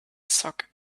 sock